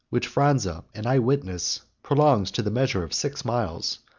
which phranza, an eye-witness, prolongs to the measure of six miles,